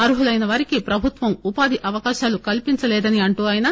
అర్హులైన వారికి ప్రభుత్వం ఉపాధి అవకాశాలు కల్పించలేదని అంటూ ఆయన